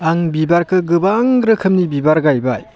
आं बिबारखौ गोबां रोखोमनि बिबार गायबाय